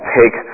take